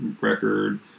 record